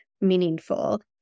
meaningful